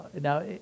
Now